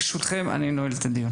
ברשותכם, אני נועל את הדיון.